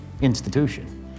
institution